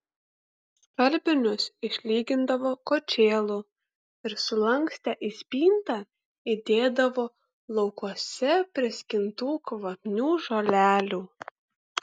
skalbinius išlygindavo kočėlu ir sulankstę į spintą įdėdavo laukuose priskintų kvapnių žolelių